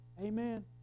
Amen